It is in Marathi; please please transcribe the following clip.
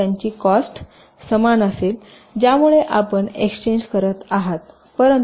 तर त्यांची कॉस्ट समान असेल ज्यामुळे आपण एक्सचेन्ज करत आहात